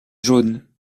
jaunes